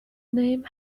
name